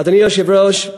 אדוני היושב-ראש,